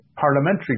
Parliamentary